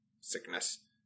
sickness